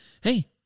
hey